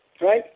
right